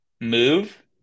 move